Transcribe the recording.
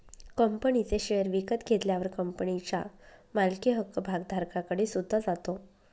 कंपनीचे शेअर विकत घेतल्यावर कंपनीच्या मालकी हक्क भागधारकाकडे सुद्धा जातो